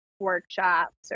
workshops